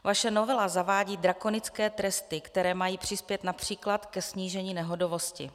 Vaše novela zavádí drakonické tresty, které mají přispět například ke snížení nehodovosti.